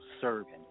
serving